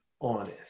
honest